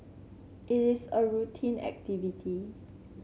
it is a routine activity